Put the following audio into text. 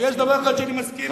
יש דבר אחד שאני מסכים אתך,